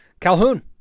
Calhoun